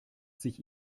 sich